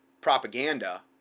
propaganda